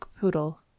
poodle